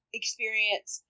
experience